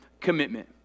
commitment